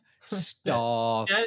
Stop